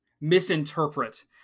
misinterpret